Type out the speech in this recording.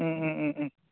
ꯎꯝ ꯎꯝ ꯎꯝ ꯎꯝ